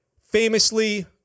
Famously